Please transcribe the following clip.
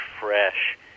fresh